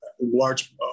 large